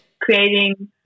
creating